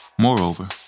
Moreover